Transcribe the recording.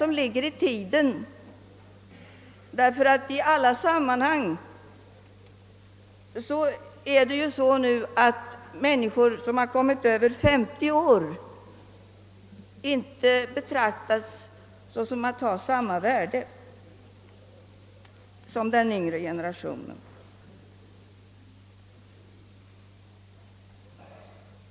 Den ligger i tiden, ty i alla sammanhang anses i dag de människor, som kommit över 50-årsåldern, inte ha samma värde som den yngre generationen.